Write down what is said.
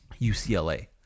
UCLA